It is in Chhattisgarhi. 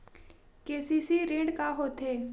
के.सी.सी ऋण का होथे?